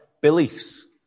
beliefs